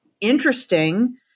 interesting